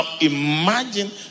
imagine